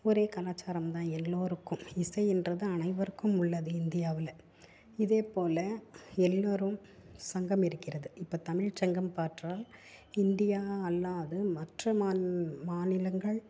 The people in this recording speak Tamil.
ஒரே கலாச்சாரம்தான் எல்லோருக்கும் இசை என்பது அனைவருக்கும் உள்ளது இந்தியாவில் இதே போல் எல்லோரும் சங்கம் இருக்கிறது இப்போ தமிழ் சங்கம் பாற்றால் இந்தியா அல்லாத மற்ற மாநில மாநிலங்கள்